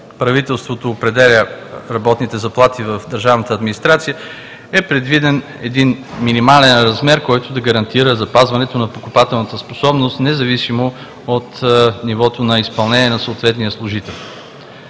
правителството определя работните заплати в държавната администрация, е предвиден един минимален размер, който да гарантира запазването на покупателната способност, независимо от нивото на изпълнение на съответния служител.